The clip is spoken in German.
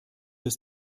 des